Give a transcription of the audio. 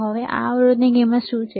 હવે આ અવરોધની કિંમત શું છે